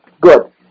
good